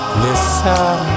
listen